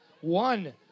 One